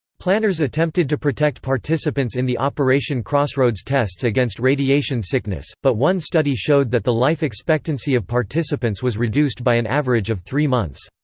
planners attempted to protect participants in the operation crossroads tests against radiation sickness, but one study showed that the life expectancy of participants was reduced by an average of three months.